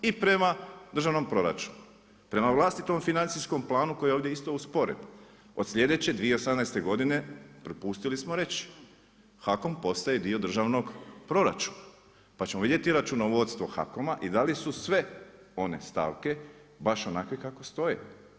I prema državnom proračunu, prema vlastitom financijskom planu koji je ovdje isto usporen, od sljedeće 2018. g. propustili smo reći, HAKOM postaje dio državnog proračuna, pa ćemo vidjeti računovodstvo HAKOM-a i da li su sve one stavke baš onako kako stoje.